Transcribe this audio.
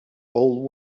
old